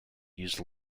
used